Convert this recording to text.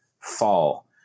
fall